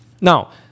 Now